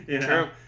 True